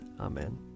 Amen